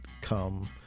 come